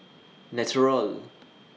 Naturel